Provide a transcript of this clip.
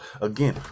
again